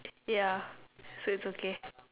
ya so it's okay